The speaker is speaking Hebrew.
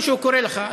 משהו קורה לך.